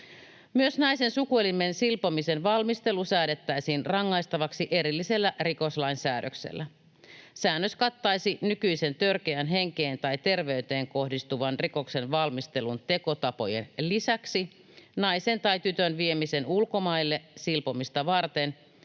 Myös naisen sukuelimen silpomisen valmistelu säädettäisiin rangaistavaksi erillisellä rikoslain säädöksellä. Säännös kattaisi nykyisen törkeän henkeen tai terveyteen kohdistuvan rikoksen valmistelun tekotapojen lisäksi naisen tai tytön viemisen ulkomaille silpomista varten